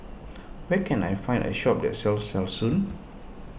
where can I find a shop that sells Selsun